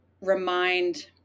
remind